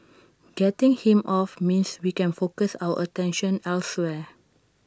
getting him off means we can focus our attention elsewhere